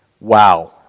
Wow